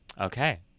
Okay